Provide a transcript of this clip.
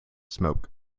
smoke